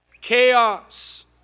chaos